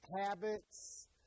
habits